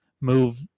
move